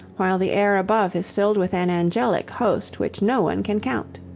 while the air above is filled with an angelic host which no one can count.